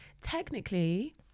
technically